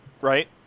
Right